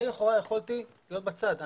אני לכאורה יכולתי להיות בצד.